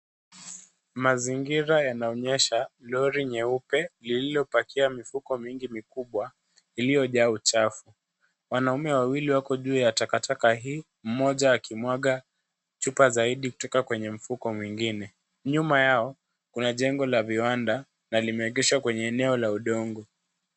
Mazingira yanaonyesha lori nyeupe lililopakia mifuko mingi mikubwa iliyojaa uchafu. Wanaume wawili wako juu ya takataka hii, mmoja akimwaga chupa zaidi kutoka kwenye mfuko mwingine. Nyuma yao kuna jengo la viwanda na limeegeshwa kwenye eneo la udongo.